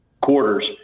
quarters